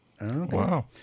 Wow